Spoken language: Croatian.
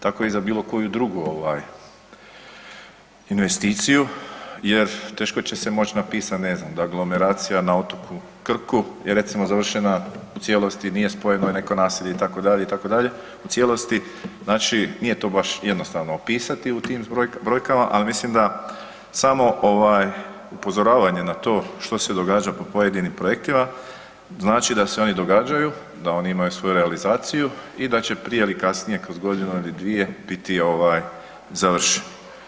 Tako i za bilo koju drugu ovaj investiciju jer teško će se moći napisat ne znam da aglomeracija na otoku Krku je recimo završena u cijelosti, nije spojeno neko naselje itd., itd., u cijelosti znači nije to baš jednostavno opisati u tim brojkama, ali mislim da samo ovaj upozoravanje na to što se događa po pojedinim projektima znači da se oni događaju, da oni imaju realizaciju i da će prije ili kasnije, kroz godinu ili dvije biti ovaj završeni.